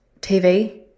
TV